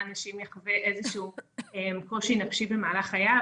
אנשים יחווה איזשהו קושי נפשי במהלך חייו,